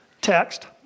text